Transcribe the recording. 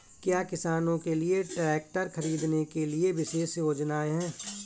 क्या किसानों के लिए ट्रैक्टर खरीदने के लिए विशेष योजनाएं हैं?